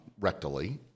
rectally